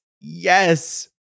Yes